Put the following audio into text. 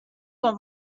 dans